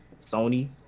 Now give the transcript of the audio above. Sony